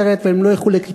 והם לא ילכו לסרט,